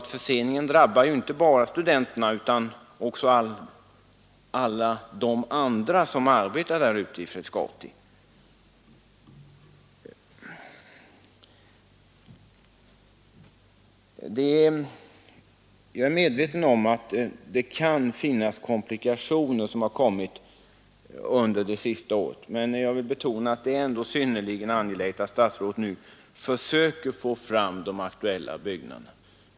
Förseningen drabbar ju inte bara studenterna utan också alla andra som arbetar i Frescati. Jag är medveten om att det kan ha uppstått komplikationer under det senaste året, men jag vill betona att det är synnerligen angeläget att statsrådet försöker få fram de aktuella byggnaderna.